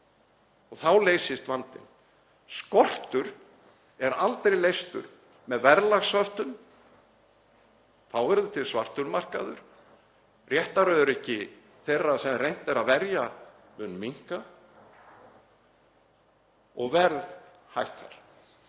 Þá leysist vandinn. Skortur verður aldrei leystur með verðlagshöftum. Þá verður til svartur markaður, réttaröryggi þeirra sem reynt er að verja mun minnka og verð hækkar.